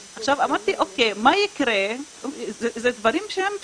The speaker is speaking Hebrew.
אמרתי, אוקיי, דברים שהם פשוטים,